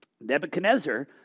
Nebuchadnezzar